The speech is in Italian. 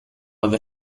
aver